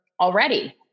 already